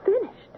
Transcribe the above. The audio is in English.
finished